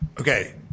Okay